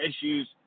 issues